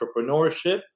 entrepreneurship